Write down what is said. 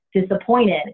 disappointed